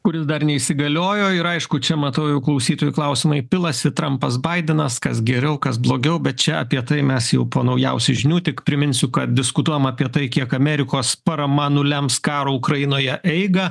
kuris dar neįsigaliojo ir aišku čia matau jau klausytojų klausimai pilasi trampas baidenas kas geriau kas blogiau bet čia apie tai mes jau po naujausių žinių tik priminsiu kad diskutuojam apie tai kiek amerikos parama nulems karo ukrainoje eigą